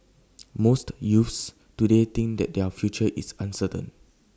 most youths today think that their future is uncertain